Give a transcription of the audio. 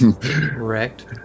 Correct